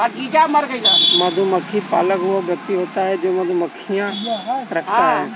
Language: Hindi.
मधुमक्खी पालक वह व्यक्ति होता है जो मधुमक्खियां रखता है